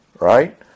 right